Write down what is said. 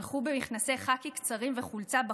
הלכו במכנסי חאקי קצרים וחלצה בחוץ,